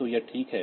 तो यह ठीक है